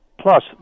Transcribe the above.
Plus